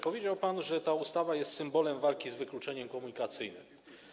Powiedział pan, że ta ustawa jest symbolem walki z wykluczeniem komunikacyjnym.